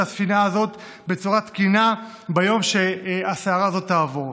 הספינה הזאת בצורה תקינה ביום שהסערה הזאת תעבור.